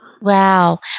Wow